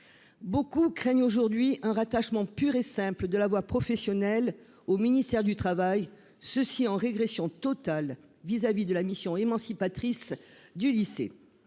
Beaucoup craignent aujourd'hui un rattachement pur et simple de la voie professionnelle au ministère du travail, ce qui constituerait une régression totale au regard de la mission émancipatrice du lycée.